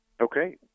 Okay